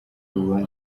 rubanza